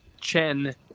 Chen